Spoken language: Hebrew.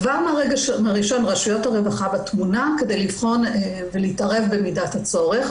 כבר מהרגע הראשון רשויות הרווחה בתמונה כדי לבחון ולהתערב במידת הצורך,